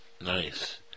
Nice